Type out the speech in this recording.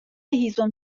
هیزم